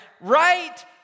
right